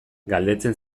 galdetzen